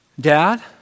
Dad